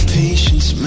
patience